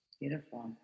beautiful